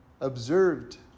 observed